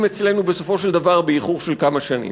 אצלנו בסופו של דבר באיחור של כמה שנים.